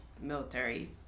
military